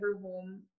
home